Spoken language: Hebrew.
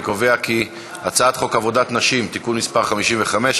אני קובע כי הצעת חוק עבודת נשים (תיקון מס' 55),